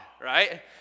right